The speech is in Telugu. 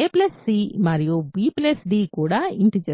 a c మరియు b d కూడా ఇంటిజర్స్